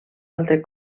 altre